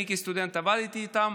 אני כסטודנט עבדתי איתם.